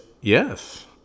yes